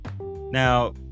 now